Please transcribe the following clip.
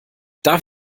darf